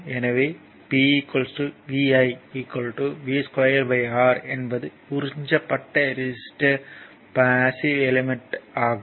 எனவே P VI V2R என்பது உறிஞ்சப்பட்ட ரெசிஸ்டர் பாஸ்ஸிவ் எலிமெண்ட் ஆகும்